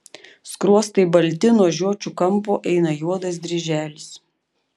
skruostai balti nuo žiočių kampo eina juodas dryželis